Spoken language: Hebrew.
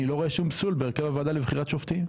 אני לא רואה שום פסול בהרכב הוועדה לבחירת שופטים.